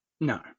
No